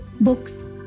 books